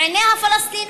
בעיני הפלסטינים,